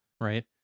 right